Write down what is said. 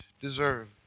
deserve